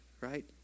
right